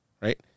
right